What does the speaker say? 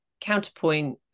counterpoint